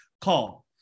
call